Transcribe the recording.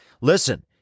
Listen